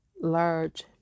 large